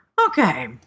okay